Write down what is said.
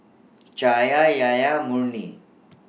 Cahaya Yahaya Murni